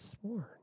sworn